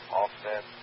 offset